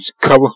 cover